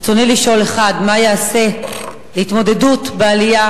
רצוני לשאול: 1. מה ייעשה להתמודדות עם העלייה